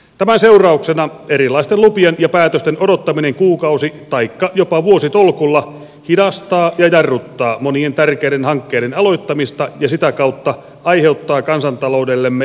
tämän seurauksena erilaisten lupien ja päätösten odottaminen kuukausi taikka jopa vuositolkulla hidastaa ja jarruttaa monien tärkeiden hankkeiden aloittamista ja sitä kautta aiheuttaa kansantaloudellemme suoranaista tappiota